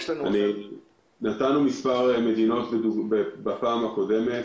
נתנו מספר מדינות בפעם הקודמת,